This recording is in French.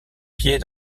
pieds